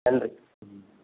நன்றி ம்